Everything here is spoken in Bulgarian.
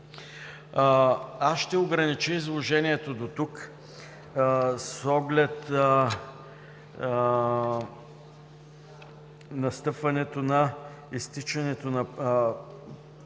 Ще огранича изложението до тук с оглед настъпването на изтичането на